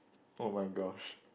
oh-my-gosh